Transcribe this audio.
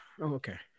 okay